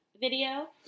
video